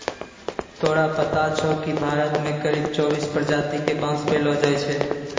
तोरा पता छौं कि भारत मॅ करीब चौबीस प्रजाति के बांस पैलो जाय छै